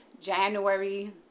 January